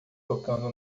tocando